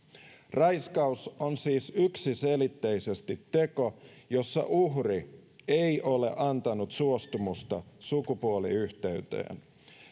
raiskaus on siis yksiselitteisesti teko jossa uhri ei ole antanut suostumusta sukupuoliyhteyteen